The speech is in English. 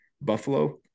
Buffalo